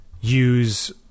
use